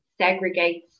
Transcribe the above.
segregates